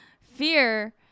fear